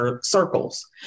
circles